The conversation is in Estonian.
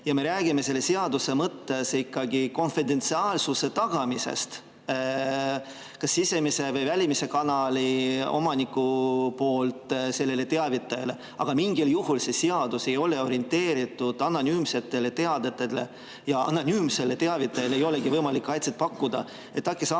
Ja me räägime selle seaduse mõttes ikkagi konfidentsiaalsuse tagamisest kas sisemise või välimise kanali omaniku poolt sellele teavitajale. Mingil juhul see seadus ei ole orienteeritud anonüümsetele teadetele. Anonüümsele teavitajale ei ole võimalik kaitset pakkuda. Äkki saaksite